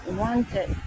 wanted